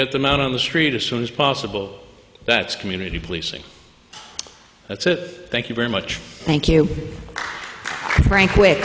get them out on the street as soon as possible that's community policing that's it thank you very much thank